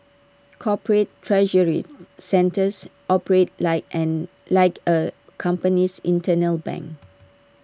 corporate treasury centres operate like an like A company's internal bank